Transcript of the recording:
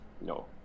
No